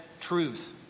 truth